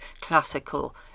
classical